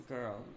Girl